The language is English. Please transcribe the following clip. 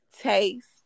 taste